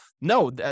no